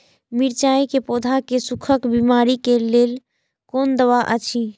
मिरचाई के पौधा के सुखक बिमारी के लेल कोन दवा अछि?